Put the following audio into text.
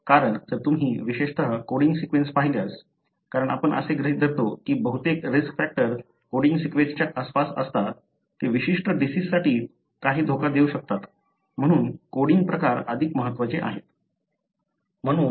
कारण जर तुम्ही विशेषत कोडींग सीक्वेन्स पाहिल्यास कारण आपण असे गृहीत धरतो की बहुतेक रिस्क फॅक्टर कोडींग सीक्वेन्सच्या आसपास असतात ते विशिष्ट डिसिजसाठी काही धोका देऊ शकतात म्हणून कोडिंग प्रकार अधिक महत्त्वाचे आहेत